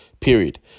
Period